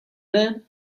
man